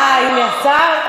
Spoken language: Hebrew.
אה, הנה, יש שר.